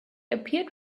appeared